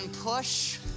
push